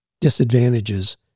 disadvantages